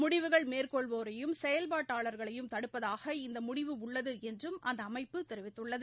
முடிவுகள் மேற்கொள்வோரையும் செயல்பாட்டாளர்களையும் தடுப்பதாக இந்த முடிவு உள்ளது என்றும் அந்த அமைப்பு தெரிவித்துள்ளது